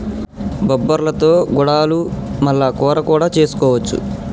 బొబ్బర్లతో గుడాలు మల్ల కూర కూడా చేసుకోవచ్చు